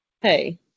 hey